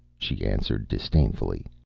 she answered disdainfully.